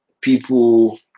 people